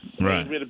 Right